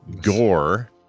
Gore